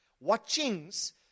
Watchings